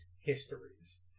histories